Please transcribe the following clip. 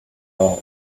all